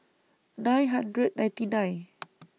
nine hundred ninety nine